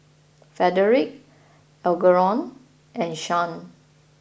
Fredrick Algernon and Shan